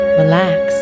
relax